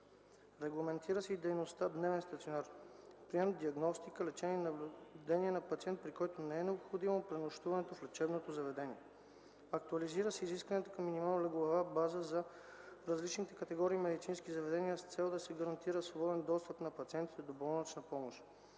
Регламентира се и дейността „дневен стационар” – прием, диагностика, лечение и наблюдение на пациенти, при които не е необходимо пренощуване в лечебното заведение. Актуализират се изискванията към минималната леглова база за различните категории медицински заведения с цел да се гарантира свободен достъп на пациентите до болнична помощ.